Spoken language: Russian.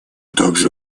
также